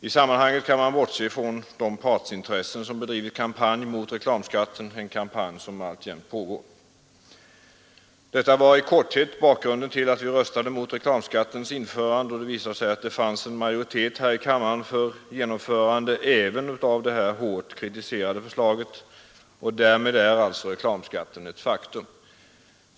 I sammanhanget kan bortses från de partsintressen som bedrivit kampanj mot reklamskatten — en kampanj som alltjämt pågår. Detta var i korthet bakgrunden till att vi röstade mot reklamskattens införande. Det visade sig att det fanns en majoritet här i kammaren för ett genomförande även av det hårt kritiserade förslaget, och därmed är alltså reklamskatten ett faktum.